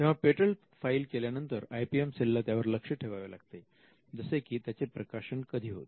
तेव्हा patent file केल्यानंतर I P M cell ला त्यावर लक्ष ठेवावे लागते जसे की त्याचे प्रकाशन कधी होते